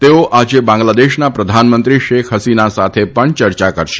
તેઓ આજે બાંગ્લાદેશના પ્રધાનમંત્રી શેખ હસીના સાથે પણ ચર્ચા કરશે